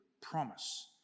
promise